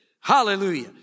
Hallelujah